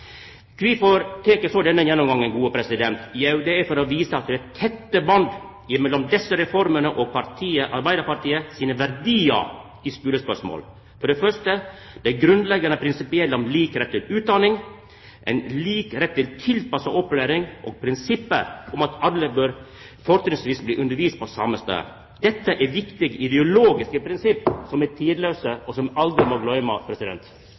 Kvifor tek eg så denne gjennomgangen? Jau, det er for å visa at det er tette band mellom desse reformene og Arbeidarpartiet sine verdiar i skulespørsmål: Det grunnleggjande prinsippet om lik rett til utdanning, ein lik rett til tilpassa opplæring og prinsippet om at alle bør fortrinnsvis verta underviste på same staden. Dette er viktige ideologiske prinsipp som er tidlause, og som ein aldri må gløyma.